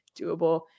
doable